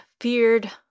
feared